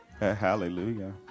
Hallelujah